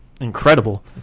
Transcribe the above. incredible